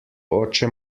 oče